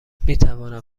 میتوانم